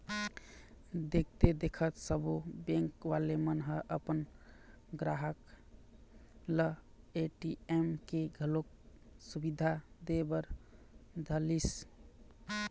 देखथे देखत सब्बो बेंक वाले मन ह अपन गराहक ल ए.टी.एम के घलोक सुबिधा दे बर धरलिस